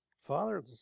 Father